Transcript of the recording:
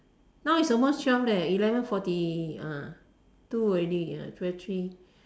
now is almost twelve leh eleven forty ah two already ya three